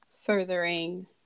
furthering